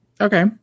okay